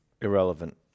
Irrelevant